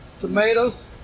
tomatoes